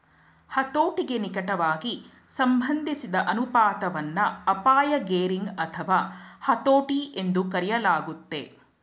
ಹತೋಟಿಗೆ ನಿಕಟವಾಗಿ ಸಂಬಂಧಿಸಿದ ಅನುಪಾತವನ್ನ ಅಪಾಯ ಗೇರಿಂಗ್ ಅಥವಾ ಹತೋಟಿ ಎಂದೂ ಕರೆಯಲಾಗುತ್ತೆ